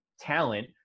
talent